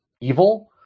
evil